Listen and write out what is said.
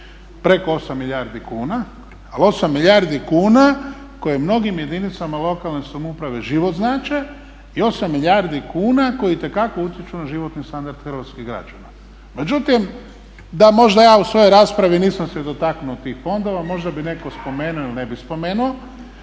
preko 8 milijardi kuna, a 8 milijardi kuna koje mnogim jedinicama lokalne samouprave život znače i 8 milijardi kuna koji itekako utječu na životni standard hrvatskih građana. Međutim da možda ja u svojoj raspravi nisam se dotaknuo tih fondova možda bi netko spomenuo ili ne bi spomenuo,